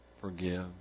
Forgive